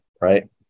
right